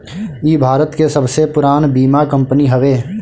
इ भारत के सबसे पुरान बीमा कंपनी हवे